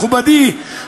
מכובדי,